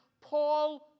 Paul